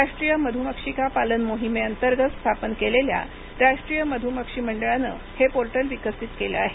राष्ट्रीय मधुमक्षीका पालन मोहिमे अंतर्गत स्थापन केलेल्या राष्ट्रीय मध्मक्षी मंडळानं हे पोर्टल विकसित केलं आहे